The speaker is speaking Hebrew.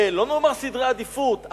לא נאמר סדרי עדיפות,